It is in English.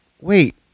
wait